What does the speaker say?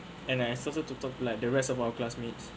and I started to talk to like the rest of our classmates